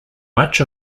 much